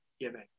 giving